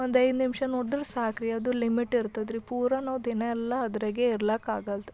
ಒಂದು ಐದು ನಿಮಿಷ ನೋಡಿದ್ರೆ ಸಾಕ್ರಿ ಅದು ಲಿಮಿಟ್ ಇರ್ತದ್ರಿ ಪೂರ ನಾವು ದಿನ ಎಲ್ಲ ಅದ್ರಾಗೆ ಇರ್ಲಕಾಗಲ್ದು